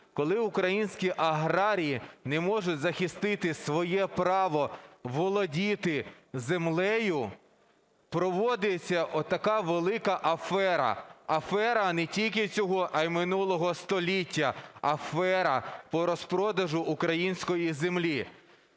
коли українські аграрії не можуть захистити своє право володіти землею, проводиться отака велика афера, афера не тільки цього, а і минулого століття – афера по розпродажу української землі.